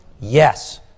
Yes